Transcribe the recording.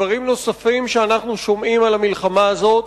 ודברים נוספים שאנחנו שומעים על המלחמה הזאת